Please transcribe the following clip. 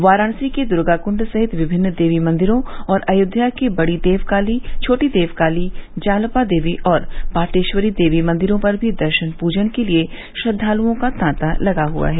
वाराणसी के द्र्गाक्ण्ड सहित विमिन्न देवी मंदिरो और अयोध्या के बड़ी देवकाली छोटी देवकाली जालपा देवी और पाटेश्वरी देवी मंदिरो पर भी दर्शन पूजन के लिए श्रद्दालुओं का तांता लगा हुआ है